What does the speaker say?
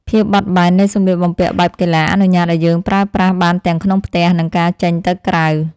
ភាពបត់បែននៃសម្លៀកបំពាក់បែបកីឡាអនុញ្ញាតឱ្យយើងប្រើប្រាស់បានទាំងក្នុងផ្ទះ និងការចេញទៅក្រៅ។